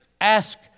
ask